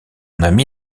ami